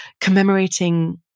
commemorating